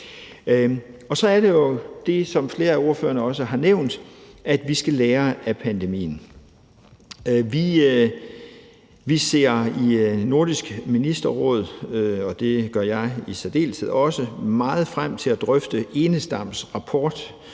Så er det jo sådan, som flere af ordførerne også har nævnt, at vi skal lære af pandemien. Vi ser i Nordisk Ministerråd, og det gør jeg i særdeleshed også, meget frem til at drøfte Jan-Erik Enestams rapport